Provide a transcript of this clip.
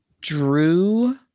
drew